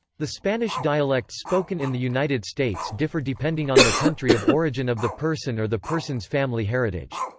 the spanish dialects spoken in the united states differ depending on the country of origin of the person or the person's family heritage.